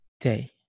day